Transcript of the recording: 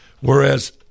Whereas